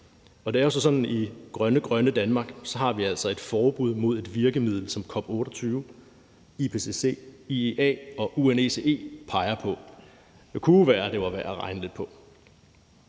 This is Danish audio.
Det er sådan i grønne, grønne Danmark, at vi altså har et forbud mod et virkemiddel, som COP28, IPCC, IEA og UNECE peger på. Det kunne jo være, det var værd at regne lidt på.